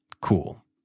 cool